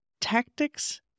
tactics